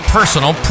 Personal